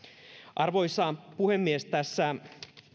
arvoisa puhemies tässä